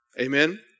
Amen